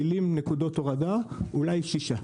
נקודות הורדה פעילות יש אולי רק שש.